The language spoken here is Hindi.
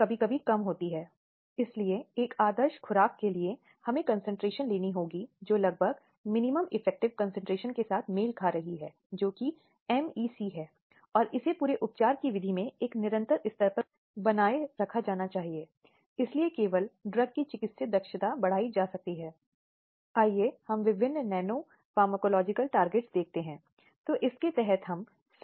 अतः अब जो अपराध है वह अब तक सीमित नहीं है जो केवल पारंपरिक रूप से संभोग था लेकिन इसमें योनि गुदा या मुख मैथुन के अन्य सभी प्रकार शामिल हैं जो एक महिला का उल्लंघन करने की प्रवृत्ति रखते हैं